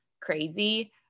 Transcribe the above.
crazy